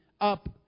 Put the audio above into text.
up